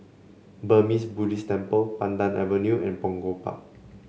Burmese Buddhist Temple Pandan Avenue and Punggol Park